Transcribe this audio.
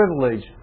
privilege